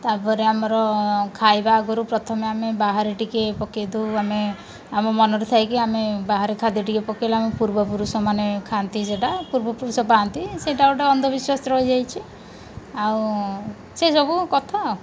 ତା'ପରେ ଆମର ଖାଇବା ଆଗରୁ ପ୍ରଥମେ ଆମେ ବାହାରେ ଟିକେ ପକାଇ ଦେଉ ଆମେ ଆମ ମନରେ ଥାଇକି ଆମେ ବାହାରେ ଖାଦ୍ୟ ଟିକେ ପକାଇଲେ ଆମେ ପୂର୍ବପୁରୁଷମାନେ ଖାଆନ୍ତି ସେଇଟା ପୂର୍ବପୁରୁଷ ପାଆନ୍ତି ସେଇଟା ଗୋଟିଏ ଅନ୍ଧବିଶ୍ୱାସ ରହିଯାଇଛି ଆଉ ସେସବୁ କଥା ଆଉ